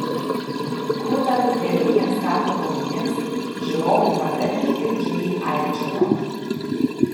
krutant galingiems kaklo raumenims žiūrovai pagarbiai ir džiugiai aikčiojo